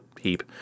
heap